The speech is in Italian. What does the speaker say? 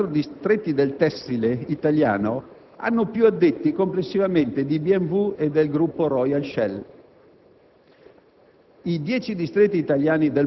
risulta che i quattro distretti del tessile italiano hanno più addetti, complessivamente, di BMW e del gruppo Royal Shell;